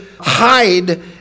hide